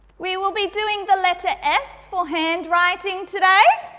we will be doing the letter ess for handwriting today.